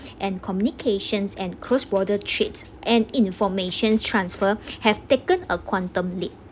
and communications and cross border trade and information transfer have taken a quantum leap